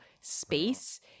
space